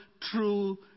true